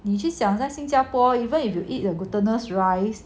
你去想在新加坡 even if you eat the glutinous rice